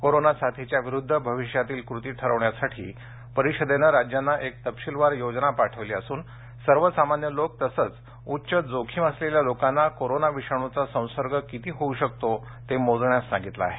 corona साथीच्या विरुद्ध भविष्यातील कृती ठरवण्यासाठी परिषदेनं राज्यांना एक तपशिलवार योजना पाठवली असून सर्वसामान्य लोक तसंच उच्च जोखीम असलेल्या लोकांना कोरोना विषाणूचा संसर्ग किती होऊ शकतो ते मोजण्यास सांगितलं आहे